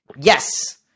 yes